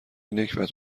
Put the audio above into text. نکبت